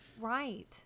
right